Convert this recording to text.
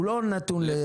הוא לא נתון לשיקול.